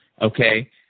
Okay